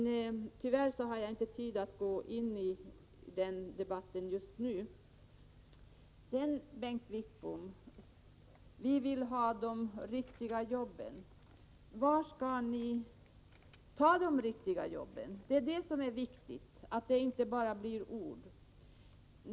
Tyvärr har jag inte nu tid att fortsätta att beskriva hur situationen var då. Bengt Wittbom säger att det gäller att få fram fasta jobb. Men varifrån skall ni ta dem? Det räcker inte med enbart ord.